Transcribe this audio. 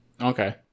Okay